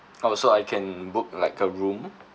oh so I can book like a room